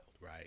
right